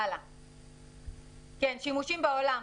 שימושים בעולם.